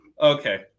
Okay